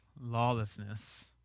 lawlessness